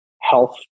health